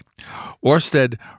Orsted